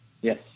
Yes